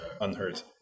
unhurt